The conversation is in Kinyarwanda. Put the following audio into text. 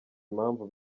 impamvu